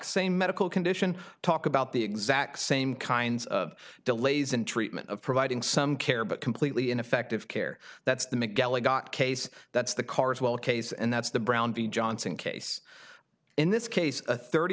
same medical condition talk about the exact same kinds of delays in treatment of providing some care but completely ineffective care that's the miguel i got case that's the cars well case and that's the brown v johnson case in this case a thirty